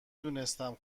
دونستم